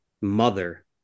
mother